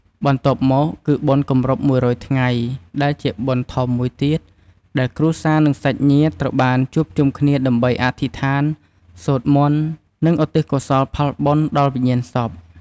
បន្ទាប់មក គឺបុណ្យគម្រប់ ១០០ ថ្ងៃ ដែលជាបុណ្យធំមួយទៀត ដែលគ្រួសារនិងសាច់ញាតិត្រូវបានជួបជុំគ្នាដើម្បីអធិដ្ឋាន សូត្រមន្ត និងឧទ្ទិសកុសលផលបិណ្យដល់វិញ្ញាណសព។